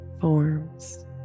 forms